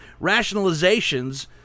rationalizations